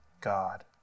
God